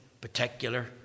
particular